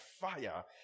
fire